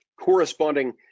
corresponding